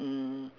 mm